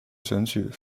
选举